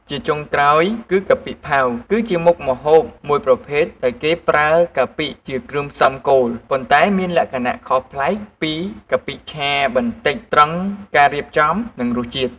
ជាចុងក្រោយគឺ កាពិផាវ គឺជាមុខម្ហូបមួយប្រភេទដែលគេប្រើកាពិជាគ្រឿងផ្សំគោល ប៉ុន្តែមានលក្ខណៈខុសប្លែកពីកាពិឆាបន្តិចត្រង់ការរៀបចំ និងរសជាតិ។